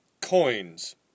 Coins